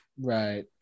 Right